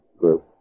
group